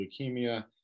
leukemia